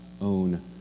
own